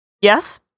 Yes